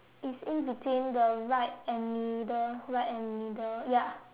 it's in between the right and middle right and middle ya